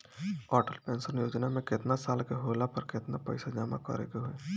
Atal pension Yojana मे केतना साल के होला पर केतना पईसा जमा करे के होई?